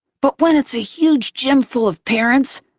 but when it's a huge gym full of parents,